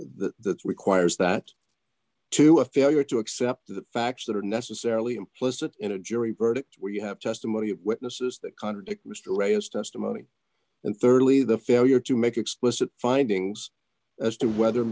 that requires that to a failure to accept the facts that are necessarily implicit in a jury verdict where you have testimony of witnesses that contradict mr ray's testimony and thirdly the failure to make explicit findings as to whether